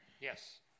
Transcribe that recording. Yes